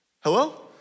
Hello